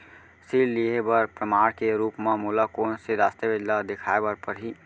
ऋण लिहे बर प्रमाण के रूप मा मोला कोन से दस्तावेज ला देखाय बर परही?